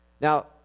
Now